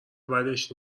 بدش